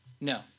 No